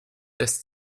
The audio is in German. erst